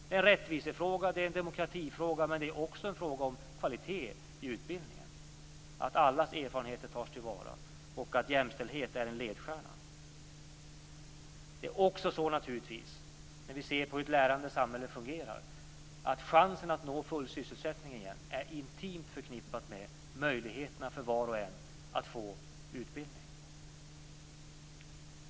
Det är en rättvisefråga och en demokratifråga, men det är också en fråga om kvalitet i utbildningen att allas erfarenheter tas till vara och att jämställdhet är en ledstjärna. Naturligtvis är det också så, när vi ser på hur ett lärande samhälle fungerar, att chansen att åter nå full sysselsättning är intimt förknippad med möjligheterna för var och en att få utbildning.